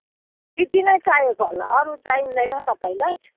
त्यति नै चाहिएको होला अरू चाहिँदैन तपाईँलाई